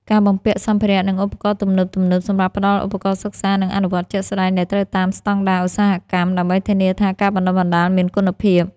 ការបំពាក់សម្ភារៈ និងឧបករណ៍ទំនើបៗ សម្រាប់ផ្តល់ឧបករណ៍សិក្សា និងអនុវត្តជាក់ស្តែងដែលត្រូវតាមស្តង់ដារឧស្សាហកម្ម ដើម្បីធានាថាការបណ្តុះបណ្តាលមានគុណភាព។